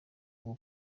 hong